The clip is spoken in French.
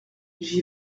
j’y